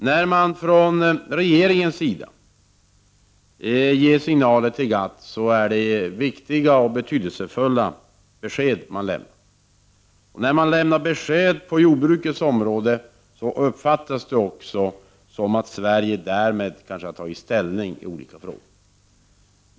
När regeringen ger signaler till GATT är det viktiga och betydelsefulla besked man lämnar. När regeringen lämnar besked på jordbrukets område, uppfattas det som att Sverige därmed har tagit ställning i olika frågor.